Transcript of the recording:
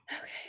okay